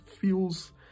feels